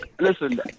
listen